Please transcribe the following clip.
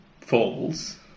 falls